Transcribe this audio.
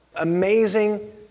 Amazing